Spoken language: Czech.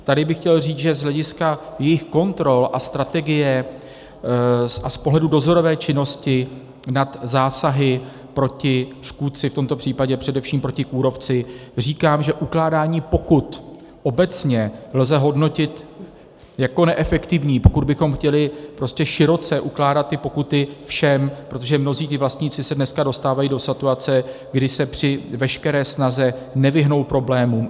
Tady bych chtěl říct, že z hlediska jejich kontrol a strategie a z pohledu dozorové činnosti nad zásahy proti škůdci, v tomto případě především proti kůrovci, říkám, že ukládání pokut obecně lze hodnotit jako neefektivní, pokud bychom chtěli široce ukládat pokuty všem, protože mnozí vlastníci se dneska dostávají do situace, kdy se při veškeré snaze nevyhnou problémům.